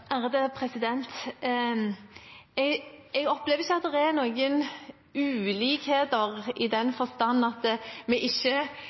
Jeg opplever ikke at det er noen ulikheter i den forstand at vi